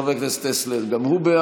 חבר הכנסת טסלר, גם הוא בעד.